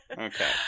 Okay